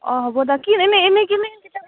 অঁ হ'ব দক কি এনেই এনেই